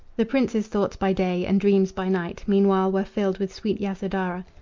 the prince's thoughts by day and dreams by night meanwhile were filled with sweet yasodhara,